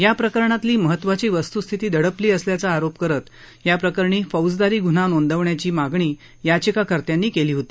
या प्रकरणातली महत्वाची वस्त्स्थिती दडपली असल्याचा आरोप करत याप्रकरणी फौजदारी ग्न्हा नोंदवण्याची मागणी याचिकाकर्त्यांनी केली होती